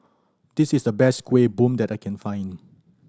this is the best Kuih Bom that I can find